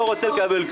לא רוצה לקבל כלום.